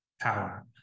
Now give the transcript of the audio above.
power